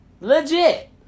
legit